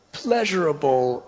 pleasurable